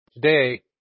Today